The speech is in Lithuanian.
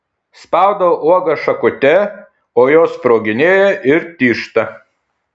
spaudau uogas šakute o jos sproginėja ir tyžta